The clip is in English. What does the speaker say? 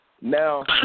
Now